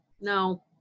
No